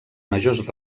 majors